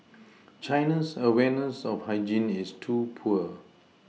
China's awareness of hygiene is too poor